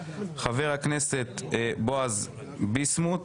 חבר הכנסת בועז ביסמוט.